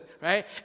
right